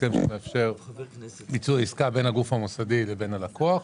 הסכם שמאפשר ביצוע עסקה בין הגוף המוסדי לבין הלקוח.